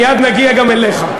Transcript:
מייד נגיע גם אליך.